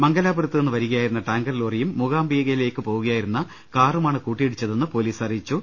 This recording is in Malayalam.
മംഗലാപുരത്ത് നിന്ന് വരികയായിരുന്ന ടാങ്കർ ലോറിയും മുകാംബികയിലേക്ക് പോകുകയായിരുന്ന കാറുമാണ് കൂട്ടിയിടിച്ചതെന്ന് പോലീ സ് അറിയിച്ചു